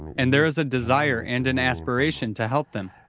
and there is a desire and an aspiration to help them.